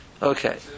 Okay